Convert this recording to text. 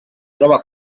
troba